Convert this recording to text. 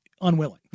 unwilling